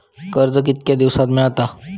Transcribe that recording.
कर्ज कितक्या दिवसात मेळता?